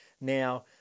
Now